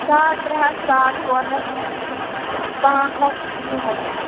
ساڑ ترٛےٚ ہَتھ ساڑ ژور ہَتھ پانٛژھ ہَتھ یی حظ چھُ